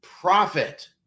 profit